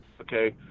Okay